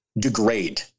degrade